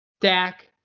Dak